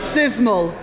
dismal